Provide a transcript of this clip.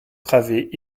travées